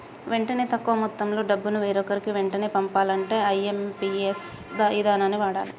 వెంటనే తక్కువ మొత్తంలో డబ్బును వేరొకరికి వెంటనే పంపాలంటే ఐ.ఎమ్.పి.ఎస్ ఇదానాన్ని వాడాలే